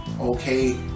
okay